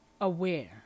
aware